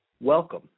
Welcome